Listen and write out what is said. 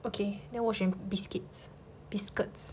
okay then 我选 biscuits biscuits